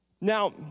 Now